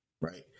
Right